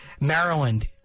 Maryland